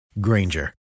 Granger